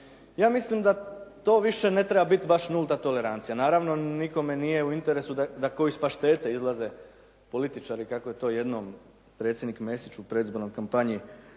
Ja mislim da to više ne treba biti baš nulta tolerancija. Naravno nikome nije u interesu da ko' iz paštete izlaze političari kako je to jednom predsjednik Mesić u predizbornoj kampanji